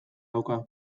dauka